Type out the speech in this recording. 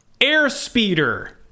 Airspeeder